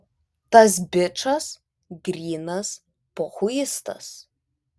tas bičas grynas pochuistas